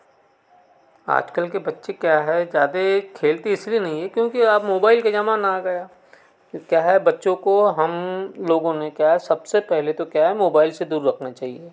आज कल के बच्चे क्या है ज़्यादा खेलते इसलिए नहीं है क्योंकि आप मोबाइल के ज़माना आ गए क्या है बच्चों को हम लोगों ने क्या सबसे पहले तो क्या है मोबाइल से दूर रखना चाहिए